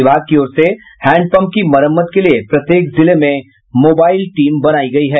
विभाग की ओर से हैंडपंप की मरम्मत के लिये प्रत्येक जिले में मोबाईल टीम लगायी गयी है